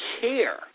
care